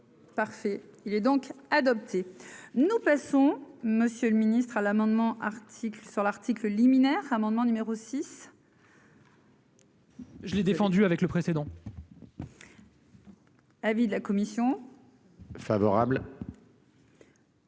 parfait, il est donc adopté, nous passons, monsieur le ministre à l'amendement article sur l'article liminaire amendement numéro 6. Je l'ai défendu avec le précédent. Avis de la commission favorable.